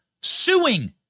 suing